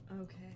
Okay